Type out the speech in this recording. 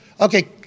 Okay